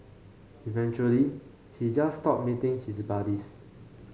eventually he just stopped meeting his buddies